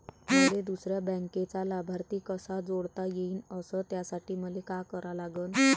मले दुसऱ्या बँकेचा लाभार्थी कसा जोडता येईन, अस त्यासाठी मले का करा लागन?